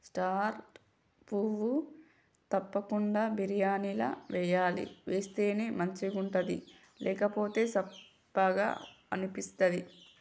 star పువ్వు తప్పకుండ బిర్యానీల వేయాలి వేస్తేనే మంచిగుంటది లేకపోతె సప్పగ అనిపిస్తది